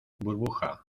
burbuja